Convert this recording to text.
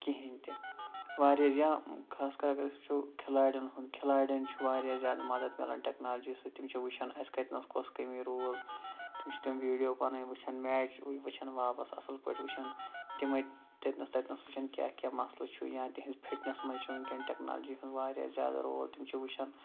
کِہیںی تہِ واریاہ جان خاص کر اگر أسۍ وُچھو کِھلاڈین ہُند کھِلاڈین چھُ واریاہ زیادٕ مدد مِلان ٹیٚکنالجی سۭتۍ تِم چھِ وُچھان اَسہِ کَتہِ نس کۄس کٔمی روٗز تِم چھِ تِم تِم ویٖڈیو پَنٕنی وُچھان میچ وُچھان واپَس اَصٕل پٲٹھۍ وُچھان تِمے تَتہِ نس تَتہِ نس وُچھان کیٛاہ کیٛاہ مَسلہٕ چھُ یا تِہنٛز فِٹ نٮ۪س منٛز چھُ ونکیٚس ٹیٚکنالجی ہُند واریاہ زیادٕ رول تِم چھِ وُچھان